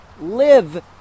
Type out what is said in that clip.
live